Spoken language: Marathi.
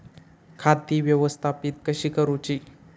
खाती व्यवस्थापित कशी करूची?